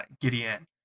Gideon